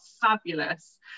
fabulous